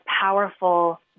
powerful